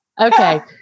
Okay